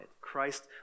Christ